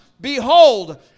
Behold